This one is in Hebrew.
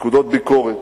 נקודות ביקורת,